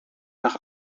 nach